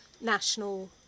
national